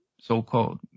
So-called